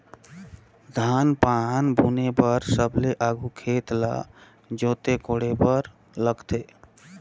धान पान बुने बर सबले आघु खेत ल जोते कोड़े बर लगथे